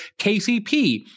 KCP